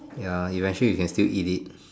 ya eventually you can still eat it